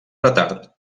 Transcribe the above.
retard